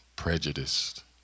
prejudiced